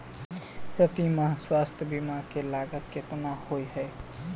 प्रति माह स्वास्थ्य बीमा केँ लागत केतना होइ है?